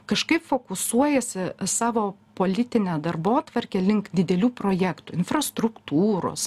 kažkaip fokusuojasi savo politinę darbotvarkę link didelių projektų infrastruktūros